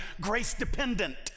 grace-dependent